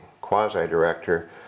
quasi-director